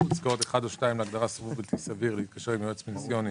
בפסקאות (1) או (2) להגדרה "סירוב בלתי סביר" להתקשר עם יועץ פנסיוני